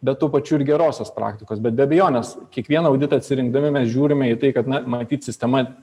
bet tuo pačiu ir gerosios praktikos bet be abejonės kiekvieną auditą atsirinkdami mes žiūrime į tai kad na matyt sistema